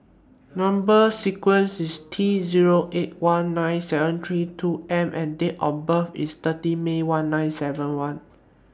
Number sequences IS T Zero eight one nine seven three two M and Date of birth IS thirty May one nine seven one